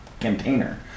container